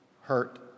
hurt